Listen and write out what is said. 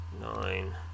nine